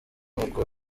uko